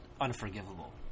unforgivable